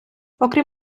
окрім